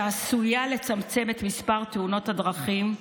שעשויה לצמצם את מספר תאונות הדרכים,